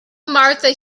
martha